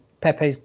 Pepe's